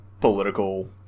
political